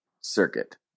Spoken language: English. circuit